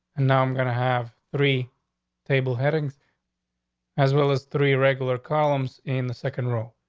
and now i'm gonna have three table headings as well as three regular columns in the second row.